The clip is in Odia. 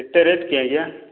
କେତେ ରେଟ୍ କି ଆଜ୍ଞା